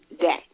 Day